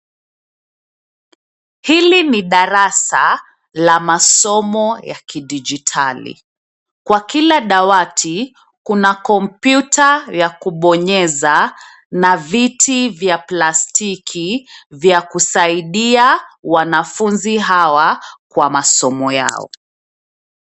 Hili ni darasa la masomo ya kidigitali, kwa kila dawati kuna kompyuta ya kubonyeza na viti vya plastiki vya kusaidia wanafunzi hawa kwa masomo yao.